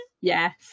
Yes